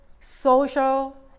social